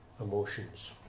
emotions